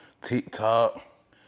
TikTok